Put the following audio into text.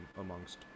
amongst